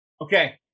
Okay